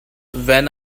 when